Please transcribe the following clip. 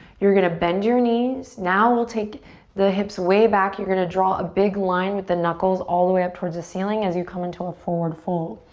you're going to bend your knees. now we'll take the hips way back. you're going to draw a big line with the knuckles all the way up towards the ceiling as you come into a forward fold.